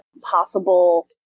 possible